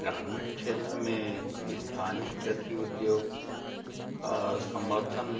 ग्रामीण क्षेत्र में स्थानीय कृषि उद्योग का समर्थन